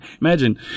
Imagine